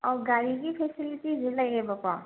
ꯑꯧ ꯒꯥꯔꯤꯒꯤ ꯐꯦꯁꯤꯂꯤꯇꯤꯁꯨ ꯂꯩꯌꯦꯕꯀꯣ